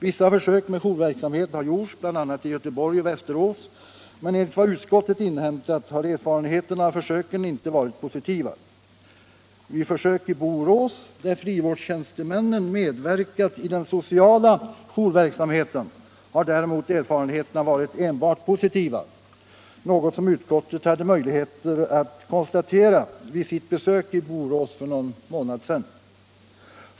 Vissa försök med jourverksamhet har gjorts, bl.a. i Göteborg och Västerås, men enligt vad utskottet inhämtat har erfarenheterna av försöken inte varit positiva. Vid försök i Borås, där frivårdstjänstemännen medverkat i den sociala jourverksamheten, har däremot erfarenheterna varit enbart positiva, vilket utskottet hade möjlighet att konstatera vid sitt besök i Borås för någon månad sedan.